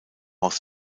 aus